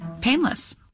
painless